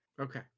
Okay